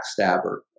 backstabber